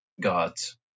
God's